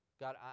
God